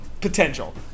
potential